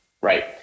Right